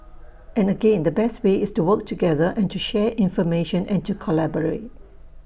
and again the best way is to work together and to share information and to collaborate